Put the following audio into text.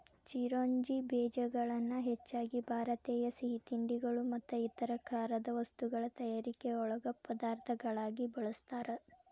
ಚಿರೋಂಜಿ ಬೇಜಗಳನ್ನ ಹೆಚ್ಚಾಗಿ ಭಾರತೇಯ ಸಿಹಿತಿಂಡಿಗಳು ಮತ್ತು ಇತರ ಖಾರದ ವಸ್ತುಗಳ ತಯಾರಿಕೆಯೊಳಗ ಪದಾರ್ಥಗಳಾಗಿ ಬಳಸ್ತಾರ